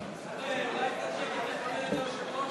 חבר'ה, אולי קצת שקט, לכבד את היושב-ראש?